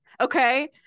Okay